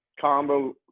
combo